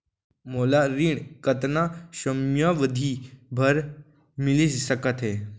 मोला ऋण कतना समयावधि भर मिलिस सकत हे?